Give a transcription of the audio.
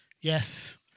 yes